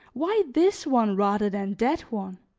why this one rather than that one?